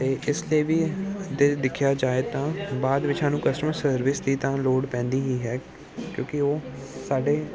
ਅਤੇ ਇਸ ਲਈ ਵੀ ਤਾਂ ਦੇਖਿਆ ਜਾਏ ਤਾਂ ਬਾਅਦ ਵਿੱਚ ਸਾਨੂੰ ਕਸਟਮਰ ਸਰਵਿਸ ਦੀ ਤਾਂ ਲੋੜ ਪੈਂਦੀ ਹੀ ਹੈ ਕਿਉਂਕਿ ਉਹ ਸਾਡੇ